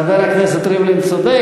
חבר הכנסת ריבלין צודק.